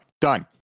done